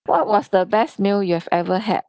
what was the best meal you've ever had